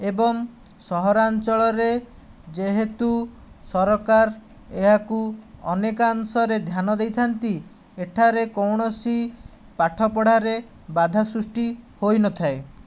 ଏବଂ ସହରାଞ୍ଚଳରେ ଯେହେତୁ ସରକାର ଏହାକୁ ଅନେକାଂଶରେ ଧ୍ୟାନ ଦେଇଥାନ୍ତି ଏଠାରେ କୌଣସି ପାଠ ପଢ଼ାରେ ବାଧା ସୃଷ୍ଟି ହୋଇନଥାଏ